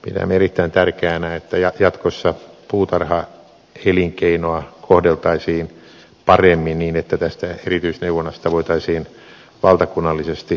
pidän erittäin tärkeänä että jatkossa puutarhaelinkeinoa kohdeltaisiin paremmin niin että tästä erityisneuvonnasta voitaisiin valtakunnallisesti pitää huolta